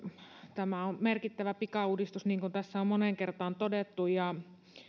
tämä on merkittävä pikauudistus niin kuin tässä on moneen kertaan todettu